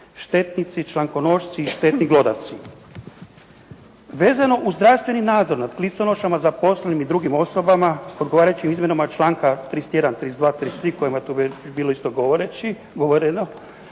štetnici člankonošci i štetni glodavci. Vezano uz zdravstveni nadzor nad kliconošama zaposlenim i drugim osobama odgovarajućim izmjenama članka 31., 32., 33. o kojima je tu bilo isto govoreno,